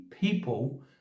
people